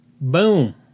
Boom